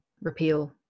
repeal